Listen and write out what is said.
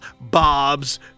Bob's